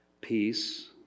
peace